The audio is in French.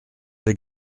les